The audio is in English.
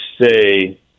say